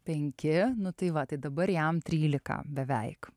penki nu tai va tai dabar jam trylika beveik